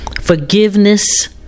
forgiveness